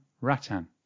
Ratan